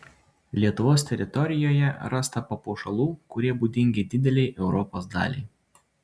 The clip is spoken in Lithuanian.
lietuvos teritorijoje rasta papuošalų kurie būdingi didelei europos daliai